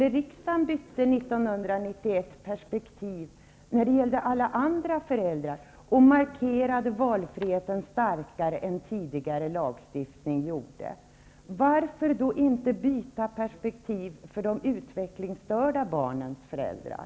Riksdagen bytte 1991 perspektiv när det gällde alla andra föräldrar och markerade valfriheten starkare än tidigare lagstiftning gjorde. Varför då inte byta perspektiv för de utvecklingsstörda barnens föräldrar?